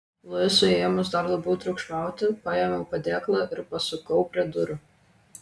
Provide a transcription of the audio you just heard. luisui ėmus dar labiau triukšmauti paėmiau padėklą ir pasukau prie durų